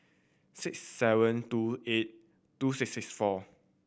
six seven two eight two six six four